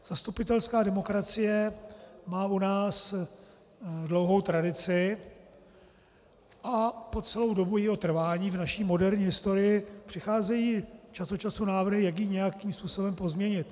Zastupitelská demokracie má u nás dlouhou tradici a po celou dobu jejího trvání v naší moderní historii přicházejí čas od času návrhy, jak ji nějakým způsobem pozměnit.